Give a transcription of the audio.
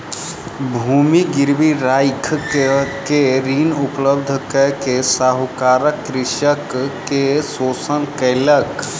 भूमि गिरवी राइख के ऋण उपलब्ध कय के साहूकार कृषक के शोषण केलक